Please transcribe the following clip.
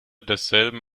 desselben